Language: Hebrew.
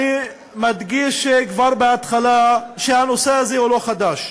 אני מדגיש כבר בהתחלה שהנושא הזה הוא לא חדש.